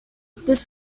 this